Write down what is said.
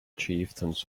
chieftains